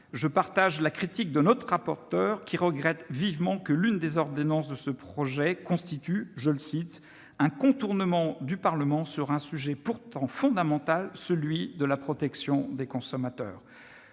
je partage la critique de notre rapporteur pour avis, qui regrette vivement que l'une des ordonnances prévues constitue « un contournement du Parlement sur un sujet pourtant fondamental : celui de la protection des consommateurs ».